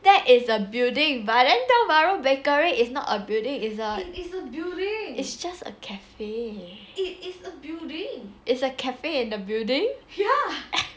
that is a building but then Tiong Bahru Bakery is not a building is a it's just a cafe is a cafe in the building